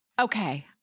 Okay